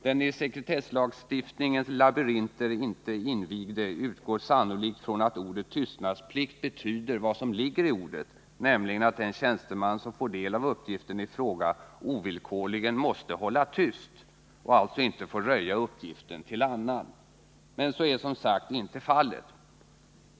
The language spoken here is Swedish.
Den i sekretesslagstiftningens labyrinter ej invigde utgår sannolikt från att ordet tystnadsplikt betyder vad som ligger i ordet, nämligen att den tjänsteman som får del av uppgiften i fråga ovillkorligen måste hålla tyst och alltså inte får röja uppgiften till annan. Men så är som sagt inte fallet.